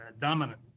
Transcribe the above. dominant